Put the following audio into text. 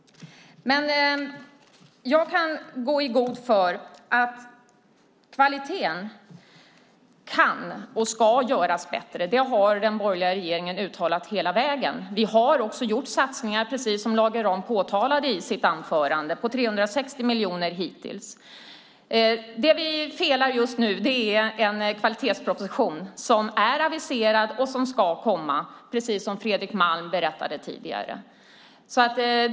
Jag kan gå i god för att kvaliteten kan och ska bli bättre. Det har den borgerliga regeringen uttalat hela vägen. Vi har gjort satsningar, precis som Lage Rahm påpekade i sitt anförande, på 360 miljoner hittills. Det som felar just nu är en kvalitetsproposition som är aviserad och som ska komma, som Fredrik Malm berättade tidigare.